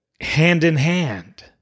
hand-in-hand